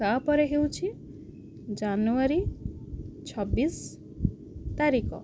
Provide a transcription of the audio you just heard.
ତା'ପରେ ହେଉଛି ଜାନୁଆରୀ ଛବିଶି ତାରିଖ